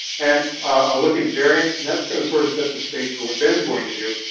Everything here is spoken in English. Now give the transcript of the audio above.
and i'll look at variants, and that's going to sort of set the stage for what ben's going to do.